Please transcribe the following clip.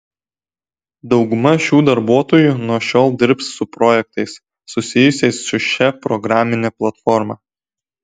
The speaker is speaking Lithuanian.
dauguma šių darbuotojų nuo šiol dirbs su projektais susijusiais su šia programine platforma